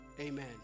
amen